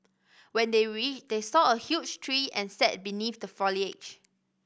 when they reached they saw a huge tree and sat beneath the foliage